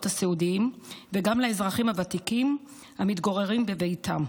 הסיעודיים וגם לאזרחים הוותיקים המתגוררים בביתם.